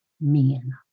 men